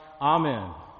amen